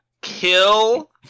kill